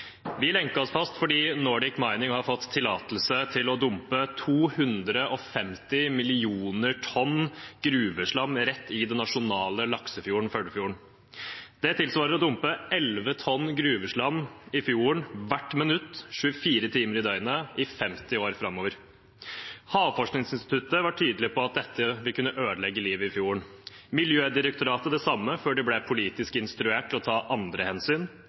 Vi lenket oss fast fordi Nordic Mining har fått tillatelse til å dumpe 250 millioner tonn gruveslam rett i den nasjonale laksefjorden Førdefjorden. Det tilsvarer å dumpe 11 tonn gruveslam i fjorden hvert minutt, 24 timer i døgnet, i 50 år framover. Havforskningsinstituttet var tydelig på at dette vil kunne ødelegge livet i fjorden, Miljødirektoratet det samme, før de ble politisk instruert til å ta andre hensyn,